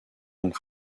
donc